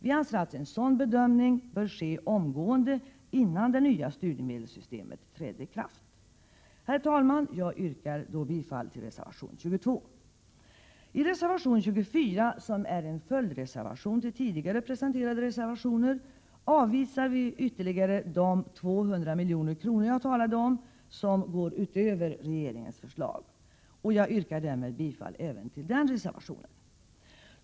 Vi anser att en sådan bedömning bör ske omgående, innan det nya studiemedelssystemet träder i kraft. Herr talman! Jag yrkar bifall till reservation 22. I reservation 24, som är en följdreservation till tidigare presenterade reservationer, anvisar vi de ytterligare 200 milj.kr. som jag talade om och som går utöver regeringens förslag. Herr talman! Jag yrkar bifall även till denna reservation.